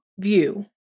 view